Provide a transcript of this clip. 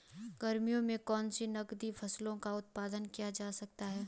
गर्मियों में कौन सी नगदी फसल का उत्पादन किया जा सकता है?